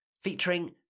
featuring